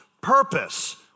purpose